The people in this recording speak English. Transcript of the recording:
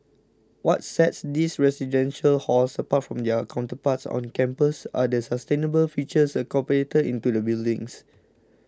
what sets these residential halls apart from their counterparts on campus are the sustainable features incorporated into the buildings